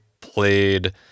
played